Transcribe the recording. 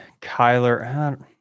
Kyler